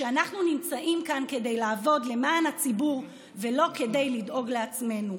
שאנחנו נמצאים כאן כדי לעבוד למען הציבור ולא כדי לדאוג לעצמנו.